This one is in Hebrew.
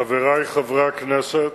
חברי חברי הכנסת,